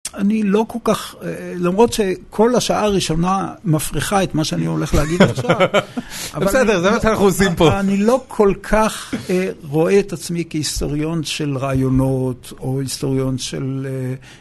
אני לא כל כך, למרות שכל השעה הראשונה מפריחה את מה שאני הולך להגיד על השעה, בסדר, זה מה שאנחנו עושים פה. אבל אני לא כל כך רואה את עצמי כהיסטוריון של רעיונות או היסטוריון של...